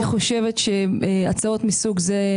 אני חושבת שהצעות מסוג זה,